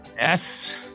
Yes